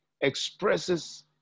expresses